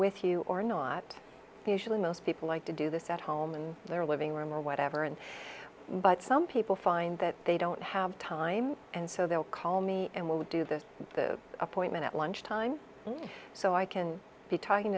with you or not usually most people like to do this at home and their living room or whatever and but some people find that they don't have time and so they'll call me and we'll do the the appointment at lunchtime so i can be talking